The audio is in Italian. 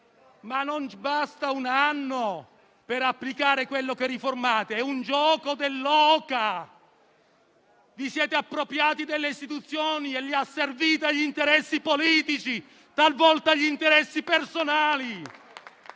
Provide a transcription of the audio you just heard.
ma non basta però un anno per applicare le disposizioni che riformate: è un gioco dell'oca! Vi siete appropriati delle istituzioni e le asservite agli interessi politici, talvolta agli interessi personali